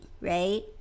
right